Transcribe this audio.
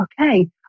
okay